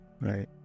Right